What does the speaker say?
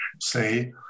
say